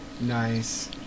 Nice